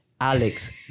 Alex